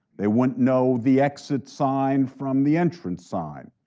they wouldn't know the exit sign from the entrance sign.